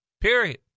period